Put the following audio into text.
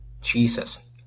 Jesus